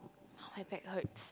now my back hurts